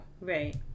right